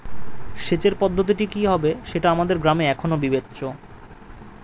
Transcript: সেচের পদ্ধতিটি কি হবে সেটা আমাদের গ্রামে এখনো বিবেচ্য